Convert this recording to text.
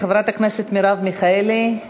חברת הכנסת מרב מיכאלי,